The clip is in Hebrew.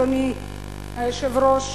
אדוני היושב-ראש,